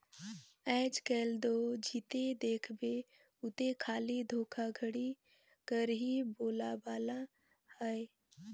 आएज काएल दो जिते देखबे उते खाली धोखाघड़ी कर ही बोलबाला अहे